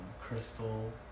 Crystal